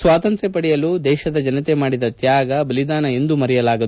ಸ್ನಾತಂತ್ರ್ಯ ಪಡೆಯಲು ದೇಶದ ಜನತೆ ಮಾಡಿದ ತ್ನಾಗ ಬಲಿದಾನ ಎಂದೂ ಮರೆಯಲಾಗದು